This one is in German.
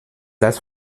das